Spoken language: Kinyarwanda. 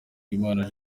usengimana